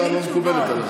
זו המלצה שלא מקובלת עליי.